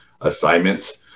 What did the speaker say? assignments